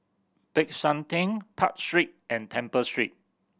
Peck San Theng Park Street and Temple Street